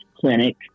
clinic